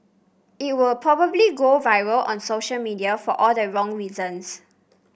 it would probably go viral on social media for all the wrong reasons